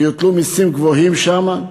ויוטלו מסים גבוהים שם.